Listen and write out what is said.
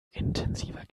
intensiver